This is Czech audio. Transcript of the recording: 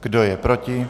Kdo je proti?